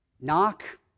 Knock